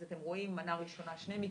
אז אתם רואים מנה ראשונה שני מקרים,